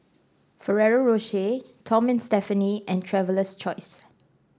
Ferrero Rocher Tom and Stephanie and Traveler's Choice